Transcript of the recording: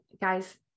guys